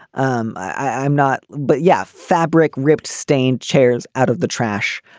um i'm not but yes. fabric ripped stained chairs out of the trash.